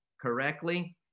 correctly